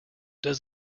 does